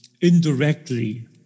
indirectly